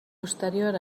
posterior